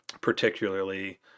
Particularly